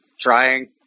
trying